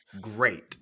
great